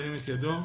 ירים את ידו.